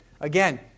Again